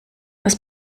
was